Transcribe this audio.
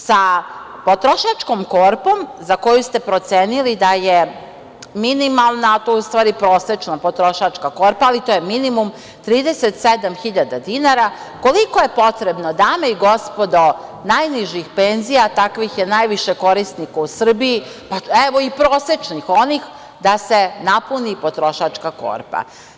Sa potrošačkom korpom, za koju ste procenili da je minimalna, a to je u stvari prosečna potrošačka korpa, ali to je minimum, 37.000 dinara, koliko je potrebno, dame i gospodo, najnižih penzija, a takvih je najviše korisnika u Srbiji, evo i prosečnih, da se napuni potrošačka korpa?